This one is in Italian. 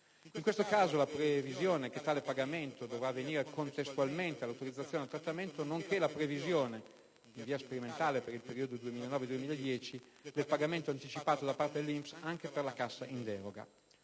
In questo caso, con la previsione che tale pagamento dovrà avvenire contestualmente all'autorizzazione al trattamento, nonché con la previsione - in via sperimentale per il periodo 2009/2010 - del pagamento anticipato da parte dell'INPS anche per la cassa in deroga.